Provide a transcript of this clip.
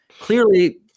clearly